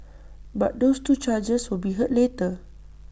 but those two charges will be heard later